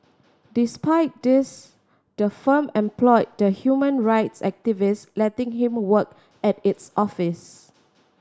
despite this the firm employed the human rights activist letting him work at its office